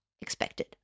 expected